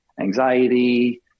anxiety